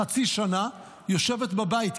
חצי שנה יושבת בבית,